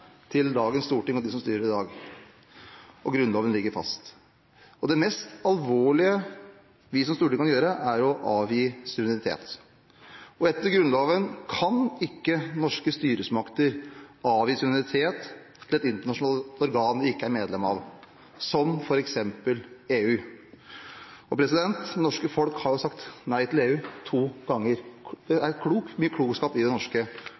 til dagens storting og dem som styrer i dag, og Grunnloven ligger fast. Det mest alvorlige vi som storting kan gjøre, er å avgi suverenitet. Etter Grunnloven kan ikke norske styresmakter avgi suverenitet til et internasjonalt organ vi ikke er medlem av, som f.eks. EU. Det norske folk har jo sagt nei til EU to ganger – det er mye klokskap i det norske folk. Det regjeringen nå foreslår, er å legge det norske